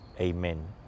Amen